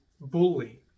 bully